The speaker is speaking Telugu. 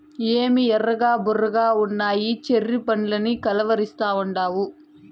ఏమి ఎర్రగా బుర్రగున్నయ్యి చెర్రీ పండ్లని కలవరిస్తాండావు